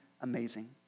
amazing